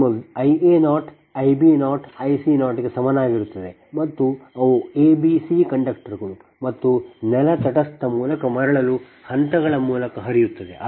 ನಿಮ್ಮ I a0 I b0 I c0 ಗೆ ಸಮನಾಗಿರುತ್ತದೆ ಮತ್ತು ಅವು a b c ಕಂಡಕ್ಟರ್ಗಳು ಮತ್ತು ನೆಲದ ತಟಸ್ಥ ಮೂಲಕ ಮರಳಲು ಹಂತಗಳ ಮೂಲಕ ಹರಿಯುತ್ತವೆ